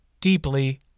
deeply